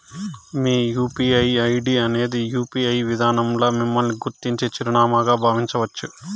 మీ UPI ID అనేది UPI విదానంల మిమ్మల్ని గుర్తించే చిరునామాగా బావించచ్చు